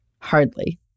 Hardly